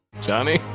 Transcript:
Johnny